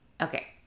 Okay